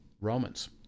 Romans